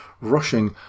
rushing